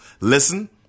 Listen